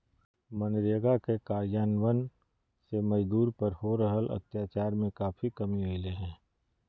मनरेगा के कार्यान्वन से मजदूर पर हो रहल अत्याचार में काफी कमी अईले हें